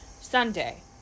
Sunday